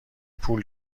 پول